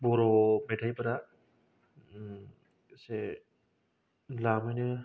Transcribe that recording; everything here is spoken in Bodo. बर' मेथायफोरा एसे द्लामैनो